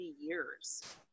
years